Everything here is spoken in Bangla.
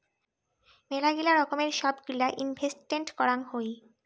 মেলাগিলা রকমের সব গিলা ইনভেস্টেন্ট করাং হই